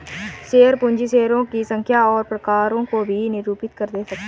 share पूंजी शेयरों की संख्या और प्रकारों को भी निरूपित कर सकती है